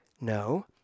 no